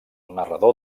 narrador